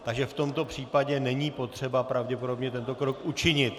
V tomto případě není potřeba pravděpodobně tento krok učinit.